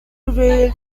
revealed